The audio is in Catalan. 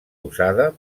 usada